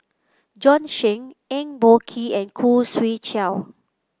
Bjorn Shen Eng Boh Kee and Khoo Swee Chiow